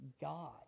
God